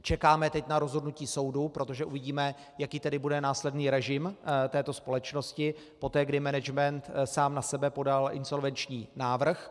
Čekáme teď na rozhodnutí soudu, protože uvidíme, jaký bude následný režim této společnosti poté, kdy management sám na sebe podal insolvenční návrh.